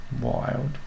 Wild